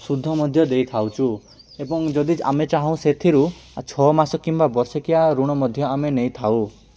ସୁଧ ମଧ୍ୟ ଦେଇଥାଉଛୁ ଏବଂ ଯଦି ଆମେ ଚାହୁଁ ସେଥିରୁ ଛଅ ମାସ କିମ୍ବା ବର୍ଷକିଆ ଋଣ ମଧ୍ୟ ଆମେ ନେଇଥାଉ